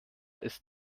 ist